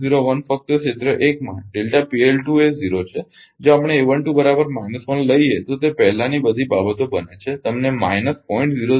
01 ફક્ત ક્ષેત્ર 1 માં એ 0 છે જો આપણે લઈએ તો તે પહેલાંની બધી બાબતો બને છે તમને માઈનસ 0